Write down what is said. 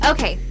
Okay